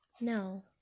No